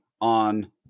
on